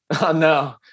No